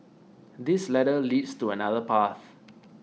this ladder leads to another path